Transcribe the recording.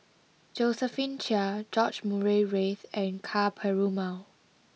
Josephine Chia George Murray Reith and Ka Perumal